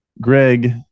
Greg